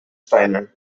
steiner